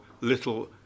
little